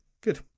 Good